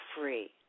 free